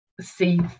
see